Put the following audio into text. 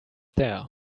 there